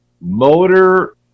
motor